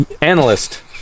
Analyst